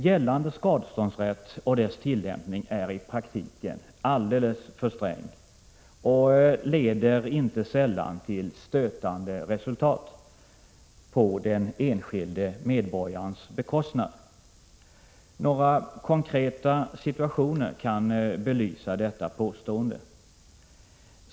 Gällande skadeståndsrätt och dess tillämpning är i praktiken alldeles för sträng och leder inte sällan till stötande resultat på den enskilde medborgarens bekostnad. Några konkreta situationer kan belysa detta påstående.